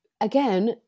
again